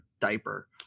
diaper